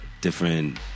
different